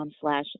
slash